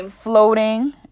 Floating